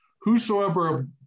Whosoever